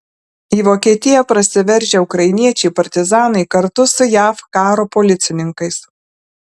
į vokietiją prasiveržę ukrainiečiai partizanai kartu su jav karo policininkais